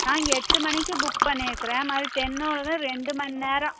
நான் இங்கே எட்டு மணிக்கு புக் பண்ணியிருக்குறேன் மறுபடி டென் ஓ ரெண்டு மணி நேரம்